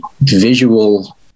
visual